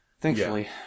Thankfully